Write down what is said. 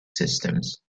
systems